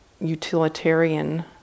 utilitarian